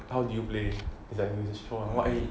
how do you play is that like in the show lah and why